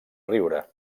riure